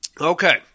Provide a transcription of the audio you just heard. Okay